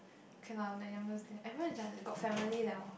K lah the youngest there everyone is like got family liao